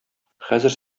хәзер